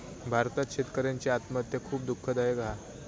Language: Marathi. भारतात शेतकऱ्यांची आत्महत्या खुप दुःखदायक हा